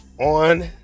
on